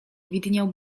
widniał